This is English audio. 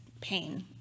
pain